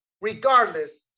regardless